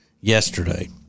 yesterday